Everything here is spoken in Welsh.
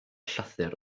llythyr